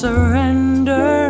Surrender